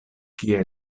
kie